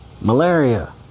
Malaria